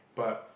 but